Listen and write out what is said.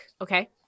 Okay